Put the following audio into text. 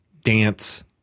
dance